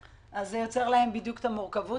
זה יוצר להם בדיוק את המורכבות.